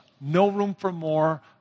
no-room-for-more